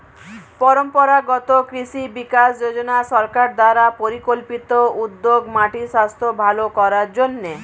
পরম্পরাগত কৃষি বিকাশ যোজনা সরকার দ্বারা পরিকল্পিত উদ্যোগ মাটির স্বাস্থ্য ভাল করার জন্যে